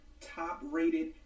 top-rated